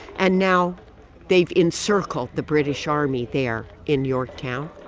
and now they've encircled the british army there in yorktown,